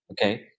okay